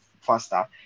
faster